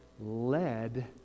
led